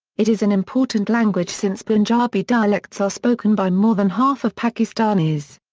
it is an important language since punjabi dialects are spoken by more than half of pakistanis.